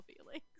feelings